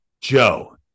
Joe